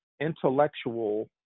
intellectual